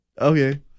Okay